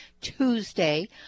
Tuesday